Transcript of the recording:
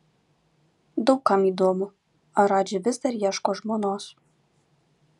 daug kam įdomu ar radži vis dar ieško žmonos